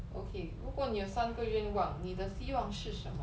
okay 如果你有三个愿望你的希望是什么